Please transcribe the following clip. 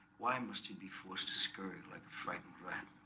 why must he be forced to scurried like a frightened brat?